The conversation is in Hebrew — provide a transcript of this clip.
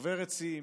שוברת שיאים.